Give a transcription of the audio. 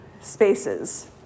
spaces